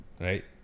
right